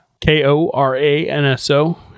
K-O-R-A-N-S-O